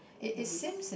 his